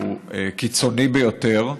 הוא קיצוני ביותר,